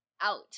out